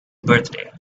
birthday